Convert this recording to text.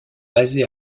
basée